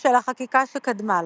של החקיקה שקדמה לו.